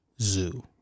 zoo